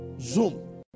zoom